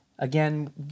Again